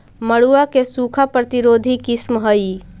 मड़ुआ के सूखा प्रतिरोधी किस्म हई?